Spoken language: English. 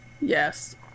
Yes